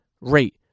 rate